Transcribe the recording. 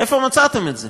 איפה מצאתם את זה?